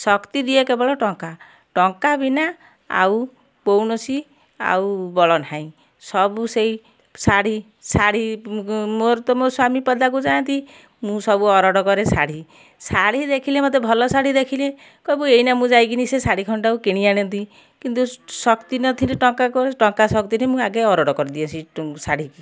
ଶକ୍ତି ଦିଏ କେବଳ ଟଙ୍କା ଟଙ୍କା ବିନା ଆଉ କୌଣସି ଆଉ ବଳ ନାହିଁ ସବୁ ସେଇ ଶାଢ଼ୀ ଶାଢ଼ୀ ମୋ ମୋର ତ ମୋ ସ୍ଵାମୀ ପଦାକୁ ଯାଆନ୍ତି ମୁଁ ସବୁ ଅର୍ଡ଼ର କରେ ଶାଢ଼ୀ ଶାଢ଼ୀ ଦେଖିଲେ ମୋତେ ଭଲ ଶାଢ଼ୀ ଦେଖିଲେ କହିବୁ ଏଇନା ମୁଁ ଯାଇକିନି ସେଇ ଶାଢ଼ୀ ଖଣ୍ଡକଟାକୁ କିଣିଆଣନ୍ତି କିନ୍ତୁ ଶକ୍ତି ନଥିଲେ ଟଙ୍କା ଟଙ୍କା ଶକ୍ତିରେ ମୁଁ ଆଗେ ଅର୍ଡ଼ର କରିଦିଏ ସେ ଶାଢ଼ୀ କି